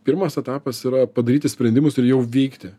pirmas etapas yra padaryti sprendimus ir jau veikti